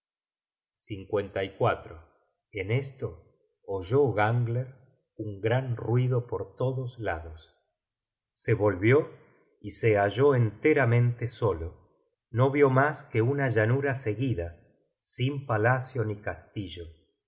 ello en esto oyó gangler un gran ruido por todos lados se volvió y se halló enteramente solo no vió mas que una llanura seguida sin palacio ni castillo